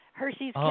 Hershey's